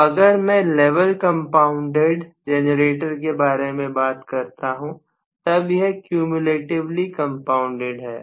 तो अगर मैं लेवल कंपाउंडेड जनरेटर के बारे में बात कर रहा हूं तब यह क्यूम्यूलेटिवली कंपाउंडेड है